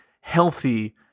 healthy